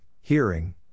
hearing